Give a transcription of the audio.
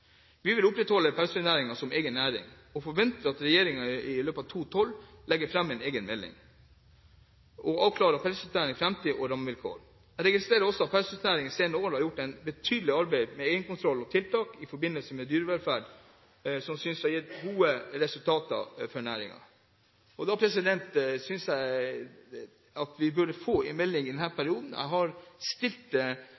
Vi vil opprettholde pelsdyrnæringen som egen næring og forventer at regjeringen i løpet av 2012 legger fram en egen melding som avklarer pelsdyrnæringens framtidige rammevilkår. Jeg registrerer også at pelsdyrnæringen de senere år har gjort et betydelig arbeid med egenkontroll og tiltak i forbindelse med dyrevelferd, som synes å ha gitt gode resultater for næringen. Da synes jeg vi burde få en melding i